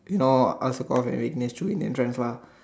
you know us supposed and Rignish two Indian friends lah